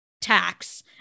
tax